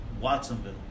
Watsonville